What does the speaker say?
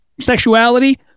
sexuality